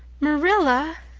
marilla!